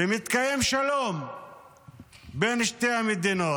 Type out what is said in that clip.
ומתקיים שלום בין שתי המדינות.